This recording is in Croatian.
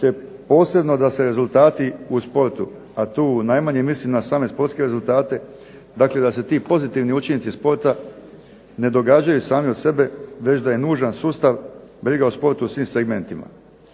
te posebno da se rezultati u sportu, a tu najmanje mislim na same sportske rezultate, dakle da se ti pozitivni učinci sporta ne događaju sami od sebi već da je nužan sustav, briga o sportu u svim segmentima.